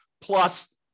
plus